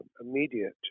immediate